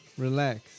Relax